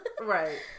right